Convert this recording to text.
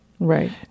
Right